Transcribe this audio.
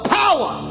power